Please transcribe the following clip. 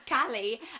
Callie